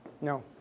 No